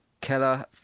Keller